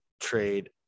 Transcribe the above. trade